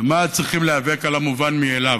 למה צריכים להיאבק על המובן-מאליו?